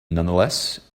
nonetheless